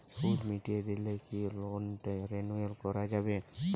সুদ মিটিয়ে দিলে কি লোনটি রেনুয়াল করাযাবে?